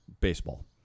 Baseball